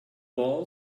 ball